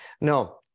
No